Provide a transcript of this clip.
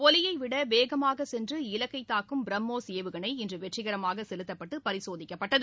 ஒலியவிட வேகமாக சென்று இலக்கை தாக்கும் பிரம்மோஸ் ஏவுகணை இன்று வெற்றிகரமாக செலுத்தப்பட்டு பரிசோதிக்கப்பட்டது